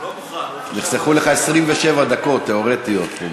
נחסכו לך 27 דקות תיאורטיות.